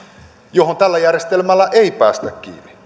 joihin tällä järjestelmällä ei päästä kiinni